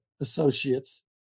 associates